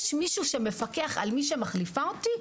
יש מישהו שמפקח על מי שמחליפה אותי?